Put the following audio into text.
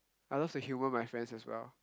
I love to humor my friends as well